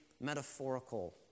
metaphorical